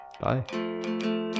Bye